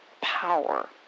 power